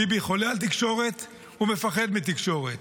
ביבי חולה על תקשורת ומפחד מתקשורת.